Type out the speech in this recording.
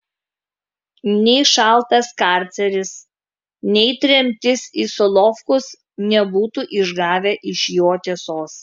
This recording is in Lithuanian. nei šaltas karceris nei tremtis į solovkus nebūtų išgavę iš jo tiesos